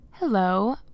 Hello